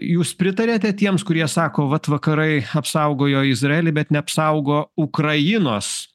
jūs pritariate tiems kurie sako vat vakarai apsaugojo izraelį bet neapsaugo ukrainos